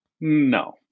No